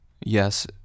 Yes